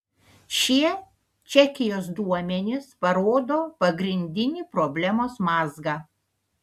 šie čekijos duomenys parodo pagrindinį problemos mazgą